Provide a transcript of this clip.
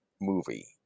movie